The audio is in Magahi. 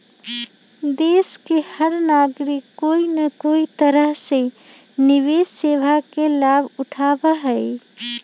देश के हर नागरिक कोई न कोई तरह से निवेश सेवा के लाभ उठावा हई